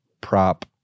prop